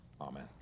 Amen